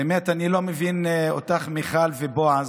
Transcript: באמת אני לא מבין אתכם, מיכל ובועז,